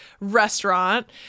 restaurant